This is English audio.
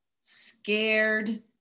scared